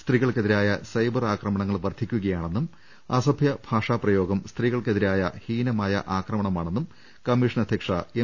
സ്ത്രീകൾക്കെതിരായ സൈബർ ആക്രമണങ്ങൾ വർദ്ധിക്കുകയാണെന്നും അസഭ്യ ഭാഷാപ്രയോഗം സ്ത്രീകൾക്കെതിരായ ഹീനമായ ആക്രമണമാണെന്നും കമ്മീഷൻ അധ്യക്ഷ എം